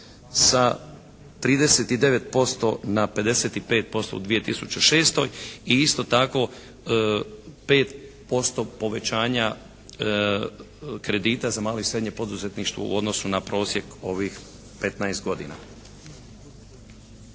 sa 39% na 55% u 2006. i isto tako 5% povećanja kredita za malo i srednje poduzetništvo u odnosu na prosjek ovih 15 godina.